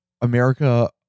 America